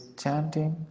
chanting